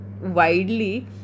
widely